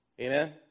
Amen